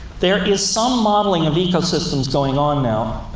there is some modeling of ecosystems going on now.